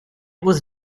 was